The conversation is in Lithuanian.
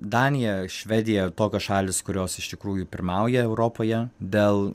danija švedija tokios šalys kurios iš tikrųjų pirmauja europoje dėl